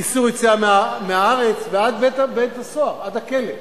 איסור יציאה מהארץ, ועד בית-הסוהר, עד הכלא,